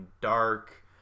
dark